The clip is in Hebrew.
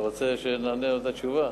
אתה רוצה שנענה אותה תשובה?